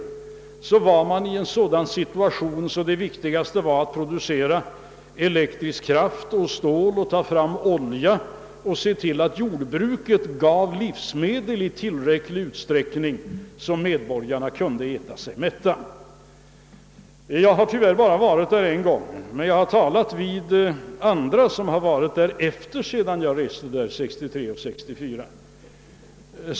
Landet var då i en sådan situation att det viktigaste var att producera elektrisk kraft och stål, hämta fram olja och se till att jordbruket gav livsmedel i tillräcklig utsträckning, så att medborgarna kunde äta sig mätta. Jag har tyvärr bara varit där en gång, men jag har talat med andra som bar varit där efter det att jag reste där 1963 eller 1964.